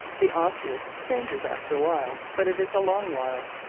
the osseous changes after a while, but it is a long while,